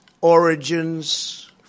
origins